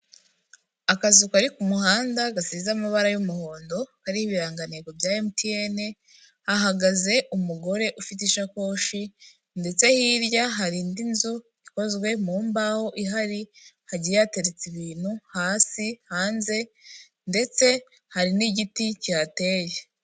Akazu kari ku muhanda gasize amabara y'umuhondo kariho ibirangango bya mtn hahagaze umugore ufite ishakoshi ndetse hirya hari indi nzu ikozwe mu mbaho ihari hagiye hateretse ibintu hasi hanze ndetse hari n'igiti kihateye.